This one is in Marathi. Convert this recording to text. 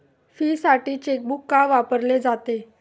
फीसाठी चेकबुक का वापरले जाते?